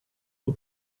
who